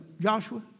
Joshua